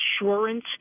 insurance